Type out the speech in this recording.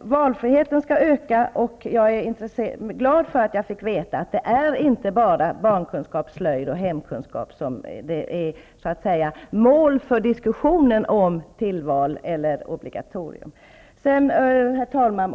Valfriheten skall öka, och jag är glad för att jag fick veta att det inte bara är barnkunskap, slöjd och hemkunskap som är mål för diskussionen om tillval eller obligatorium. Herr talman!